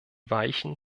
weichen